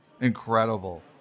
Incredible